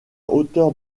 hauteur